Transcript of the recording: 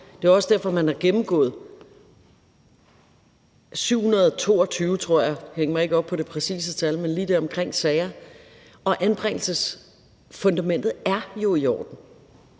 Det er også derfor, man har gennemgået 722 sager, tror jeg det er – hæng mig ikke op på det præcise tal, men det er lige deromkring – og anbringelsesfundamentet er jo i orden.